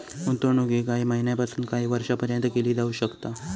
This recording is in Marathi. गुंतवणूक ही काही महिन्यापासून काही वर्षापर्यंत केली जाऊ शकता